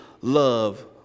love